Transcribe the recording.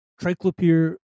Triclopyr